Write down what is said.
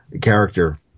character